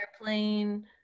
Airplane